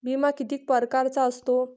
बिमा किती परकारचा असतो?